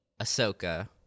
Ahsoka